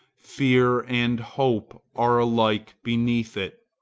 fear and hope are alike beneath it.